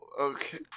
okay